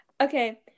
Okay